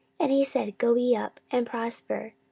and he said, go ye up, and prosper,